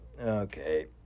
okay